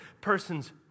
person's